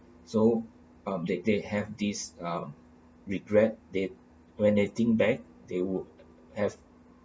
so um they they have this um regret that when they think back they would have